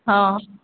ହଁ